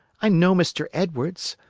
i know mr. edwards.